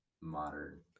modern